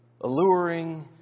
alluring